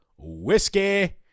whiskey